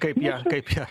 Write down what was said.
kaip ją kaip ją